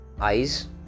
eyes